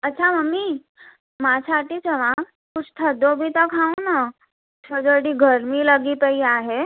अच्छा मम्मी मां छा थी चवां कुझु थदो बि था खाऊं न सॼो ॾींहुं गरमी लॻी पई आहे